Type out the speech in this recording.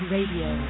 Radio